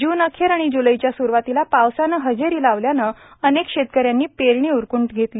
जून अखेर आणि ज्लैच्या स्रूवातीला पावसाने हजेरी लावल्याने अनेक शेतक यांनी पेरणी उरकून घेतली